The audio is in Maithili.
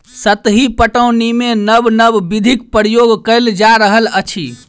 सतही पटौनीमे नब नब विधिक प्रयोग कएल जा रहल अछि